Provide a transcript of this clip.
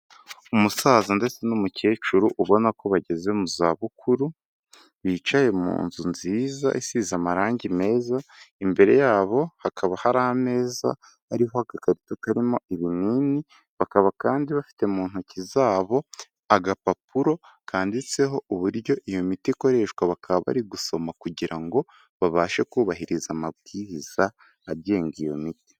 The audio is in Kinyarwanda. Umusaza ndetse n'umukecuru ubona ko bageze mu zabukuru, bicaye mu nzu nziza isize amarangi meza, imbere yabo hakaba hari ameza ariho agakarito karimo ibinini, bakaba kandi bafite mu ntoki zabo agapapuro kanditseho uburyo iyo miti ikoreshwa, bakaba bari gusoma kugira ngo babashe kubahiriza amabwiriza agenga iyo miti.